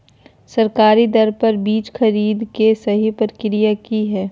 सरकारी दर पर बीज खरीदें के सही प्रक्रिया की हय?